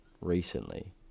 recently